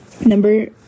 number